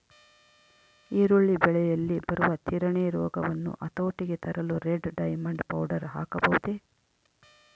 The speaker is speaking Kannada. ಈರುಳ್ಳಿ ಬೆಳೆಯಲ್ಲಿ ಬರುವ ತಿರಣಿ ರೋಗವನ್ನು ಹತೋಟಿಗೆ ತರಲು ರೆಡ್ ಡೈಮಂಡ್ ಪೌಡರ್ ಹಾಕಬಹುದೇ?